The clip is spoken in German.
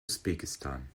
usbekistan